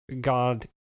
God